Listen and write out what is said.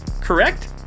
Correct